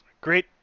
Great